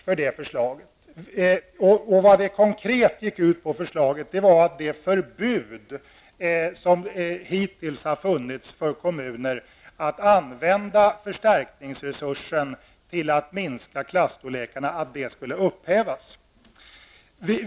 Förslaget gick ut på att det förbud som hittills har gällt för kommuner mot att använda förstärkningsresursen till att minska klasstorlekarna skulle upphävas.